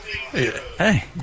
Hey